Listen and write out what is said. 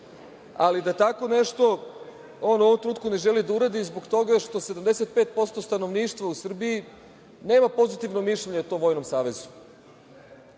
ali da tako nešto on u ovom trenutku on ne želi da uradi zbog toga što 75% stanovništva u Srbiji nema pozitivno mišljenje o tom vojnom savezu.